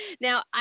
Now